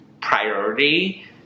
priority